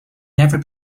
never